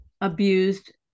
abused